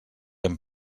amb